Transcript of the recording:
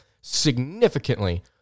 significantly